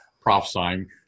prophesying